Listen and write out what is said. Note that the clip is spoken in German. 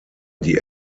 die